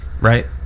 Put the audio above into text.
right